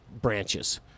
branches